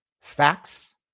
facts